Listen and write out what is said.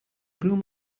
bloom